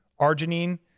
arginine